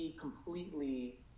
completely